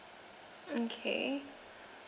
okay